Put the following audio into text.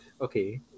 Okay